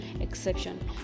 exception